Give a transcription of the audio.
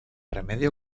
remedio